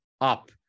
up